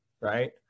right